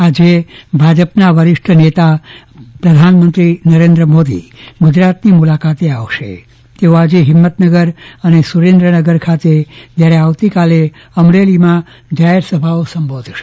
આજે ભાજપના વરિષ્ઠ નેતા અને પ્રધાનમંત્રી મોદી ગુજરાતની મુલાકાતે આવશે તેઓ આજે ફિમંતનગર અને સુરેન્દ્રનગર ખાતે જયારે આવતી કાલે અમલરેલીમાં જાફેર સભાઓ સંબોધશે